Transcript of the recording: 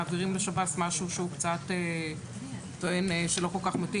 מעבירים לשב"ס משהו שהוא טוען שלא כל כך מתאים